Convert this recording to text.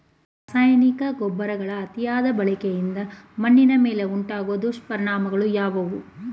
ರಾಸಾಯನಿಕ ಗೊಬ್ಬರಗಳ ಅತಿಯಾದ ಬಳಕೆಯಿಂದ ಮಣ್ಣಿನ ಮೇಲೆ ಉಂಟಾಗುವ ದುಷ್ಪರಿಣಾಮಗಳು ಯಾವುವು?